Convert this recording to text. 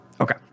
Okay